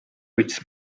which